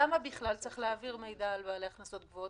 למה בכלל צריך להעביר מידע על בעלי הכנסות גבוהות